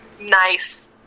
nice